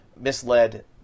misled